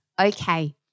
Okay